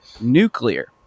nuclear